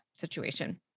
situation